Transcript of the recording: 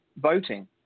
voting